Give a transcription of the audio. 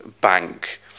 bank